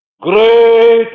Great